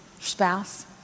spouse